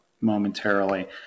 momentarily